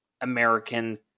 American